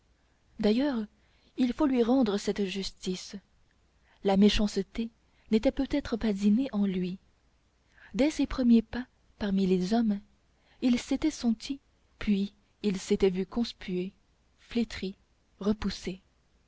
d'ailleurs il faut lui rendre cette justice la méchanceté n'était peut-être pas innée en lui dès ses premiers pas parmi les hommes il s'était senti puis il s'était vu conspué flétri repoussé